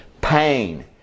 pain